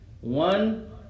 One